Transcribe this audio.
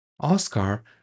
oscar